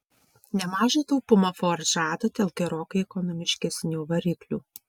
nemažą taupumą ford žada dėl gerokai ekonomiškesnių variklių